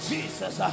Jesus